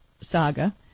Saga